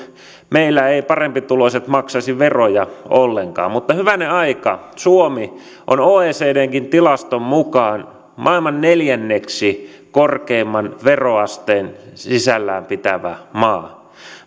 meillä eivät parempituloiset maksaisi veroja ollenkaan mutta hyvänen aika suomi on oecdnkin tilaston mukaan maailman neljänneksi korkeimman veroasteen sisällään pitävä maa